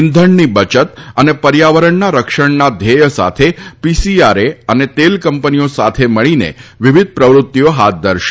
ઇંધણની બયત અને પર્યાવરણના રક્ષણના ધ્યેથ સાથે પીસીઆરએ અને તેલ કંપનીઓ સાથે મળીને વિવિધ પ્રવૃતિઓ હાથ ધરશે